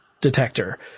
detector